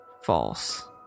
false